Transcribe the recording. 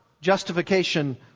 justification